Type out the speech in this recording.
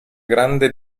grande